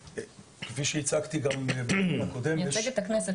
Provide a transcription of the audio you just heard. כפי שהצגתי גם בפעם הקודמת --- את מייצגת את הכנסת,